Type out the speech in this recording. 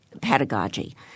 pedagogy